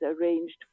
arranged